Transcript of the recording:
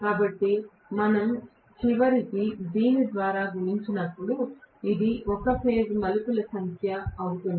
కానీ మనం చివరికి మనం దీని ద్వారా గుణించినప్పుడు ఇది ఒక ఫేజ్ కు మలుపుల సంఖ్య అవుతుంది